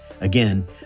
Again